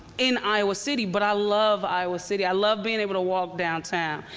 in iowa city, but i love iowa city. i love being able to walk downtown.